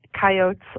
coyotes